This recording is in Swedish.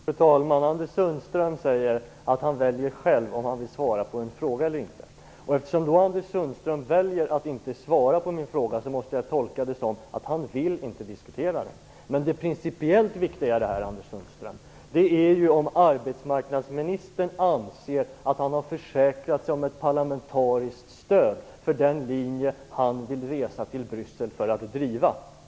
Fru talman! Anders Sundström säger att han själv väljer om han vill svara på en fråga eller inte. Eftersom Anders Sundström väljer att inte svara på min fråga måste jag tolka det som att han inte till diskutera den. Det principiellt viktiga i detta är om arbetsmarknadsministern anser att han har försäkrat sig om ett parlamentariskt stöd för den linje han tänker resa till Bryssel för att driva, Anders Sundström.